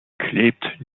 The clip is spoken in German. klebt